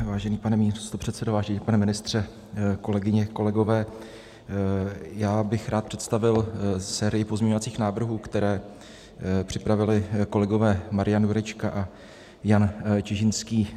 Vážený pane místopředsedo, vážený pane ministře, kolegyně, kolegové, já bych rád představil sérii pozměňovacích návrhů, které připravili kolegové Marian Jurečka a Jan Čižinský.